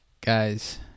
Guys